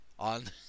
on